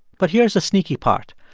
but here's a sneaky part.